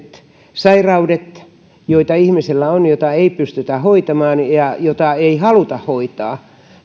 sairauksia joita ihmisellä on ja joita ei pystytä hoitamaan ja joita ei haluta hoitaa